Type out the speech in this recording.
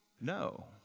No